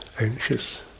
anxious